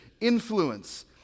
influence